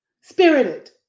spirited